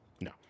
No